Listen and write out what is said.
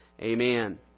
Amen